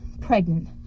pregnant